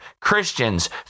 Christians